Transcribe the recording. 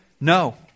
No